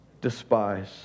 despise